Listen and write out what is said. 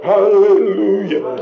Hallelujah